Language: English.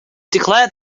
declared